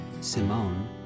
Simone